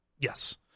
Yes